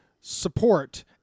support